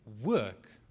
work